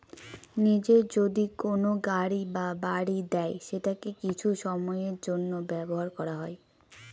নিজে যদি কোনো গাড়ি বা বাড়ি দেয় সেটাকে কিছু সময়ের জন্য ব্যবহার করা হয়